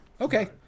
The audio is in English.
okay